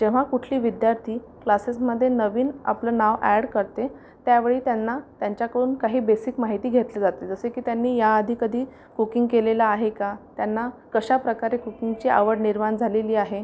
जेव्हा कुठली विद्यार्थी क्लासेसमध्ये नवीन आपलं नाव अॅड करते त्यावेळी त्यांना त्यांच्याकडून काही बेसिक माहिती घेतली जाते जसे की त्यांनी याआधी कधी कुकिंग केलेलं आहे का त्यांना कशाप्रकारे कुकिंगची आवड निर्माण झालेली आहे